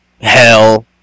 hell